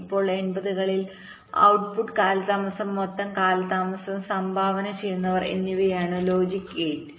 ഇപ്പോൾ 80 കളിൽ ഔട്ട്പുട്ട്പുട്ട് കാലതാമസം മൊത്തം കാലതാമസം സംഭാവന ചെയ്യുന്നവർ എന്നിവരായിരുന്നു ലോജിക് ഗേറ്റ്